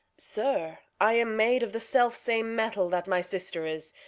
sir, i am made of the selfsame metal that my sister is,